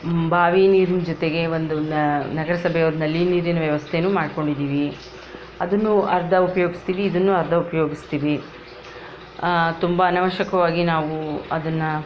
ಬಾವಿ ನೀರಿನ ಜೊತೆಗೆ ಒಂದು ನ ನಗರಸಭೆಯವರ ನಲ್ಲಿ ನೀರಿನ ವ್ಯವಸ್ಥೆನೂ ಮಾಡ್ಕೊಂಡಿದ್ದೀವಿ ಅದನ್ನು ಅರ್ಧ ಉಪಯೋಗಿಸ್ತೀವಿ ಇದನ್ನೂ ಅರ್ಧ ಉಪಯೋಗಿಸ್ತೀವಿ ತುಂಬ ಅನವಶ್ಯಕವಾಗಿ ನಾವು ಅದನ್ನು